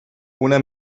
una